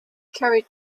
carried